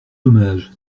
dommage